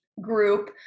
group